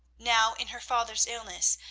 now, in her father's illness,